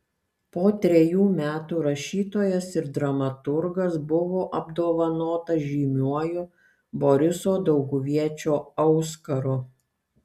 po trejų metų rašytojas ir dramaturgas buvo apdovanotas žymiuoju boriso dauguviečio auskaru